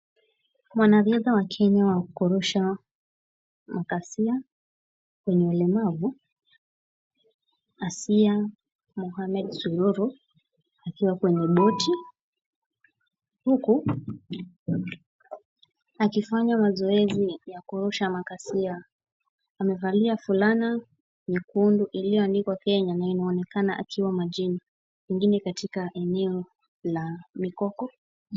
Mwanariadha wa Kenya wakurusha makasia wenye ulemavu Asiya Mohamed Suluru akiwa kwenye boti. Huku, akifanya mazoezi ya kurusha makasia. Amevalia fulana nyekundu iliyoandikwa Kenya na inaonekana akiwa majini. pengine katika eneo la mikoko.